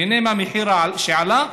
נהנה מהמחיר שעלה,